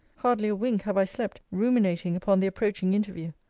hardly a wink have i slept, ruminating upon the approaching interview.